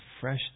fresh